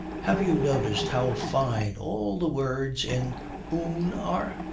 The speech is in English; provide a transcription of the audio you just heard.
have you noticed how fine all the words in oon are?